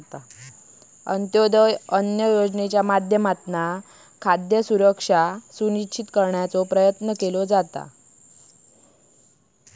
अंत्योदय अन्न योजनेच्या माध्यमातना खाद्य सुरक्षा सुनिश्चित करण्याचो प्रयत्न केलो जाता